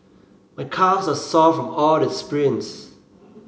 my calves are sore from all the sprints